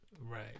Right